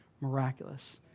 miraculous